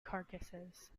carcasses